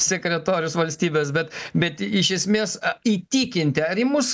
sekretorius valstybės bet bet iš esmės įtikinti arimus